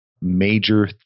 major